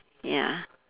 ya